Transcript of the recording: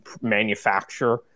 manufacture